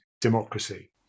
democracy